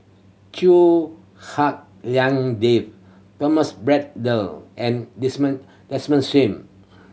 Hak Lien Dave Thomas Braddell and Desmond Sim